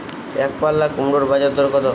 একপাল্লা কুমড়োর বাজার দর কত?